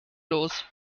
los